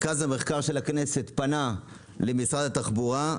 המחקר של הכנסת פנה למשרד התחבורה,